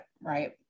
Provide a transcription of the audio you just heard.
right